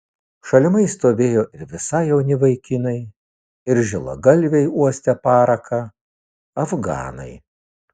šalimais stovėjo ir visai jauni vaikinai ir žilagalviai uostę paraką afganai